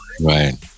right